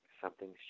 something's